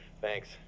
thanks